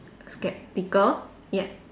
skeptical ya